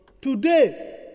Today